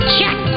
Check